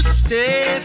stay